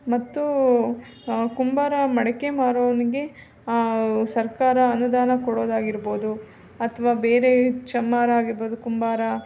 ಮತ್ತು ಕುಂಬಾರ ಮಡಕೆ ಮಾರೋನಿಗೆ ಸರ್ಕಾರ ಅನುದಾನ ಕೊಡೋದಾಗಿರ್ಬೋದು ಅಥವಾ ಬೇರೆ ಚಮ್ಮಾರ ಆಗಿರ್ಬೋದು ಕುಂಬಾರ